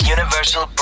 Universal